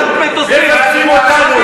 זו פחדנות.